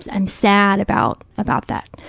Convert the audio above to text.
i'm sad about about that.